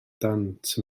dant